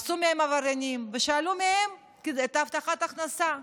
עשו מהם עבריינים ושללו מהם את הבטחת ההכנסה.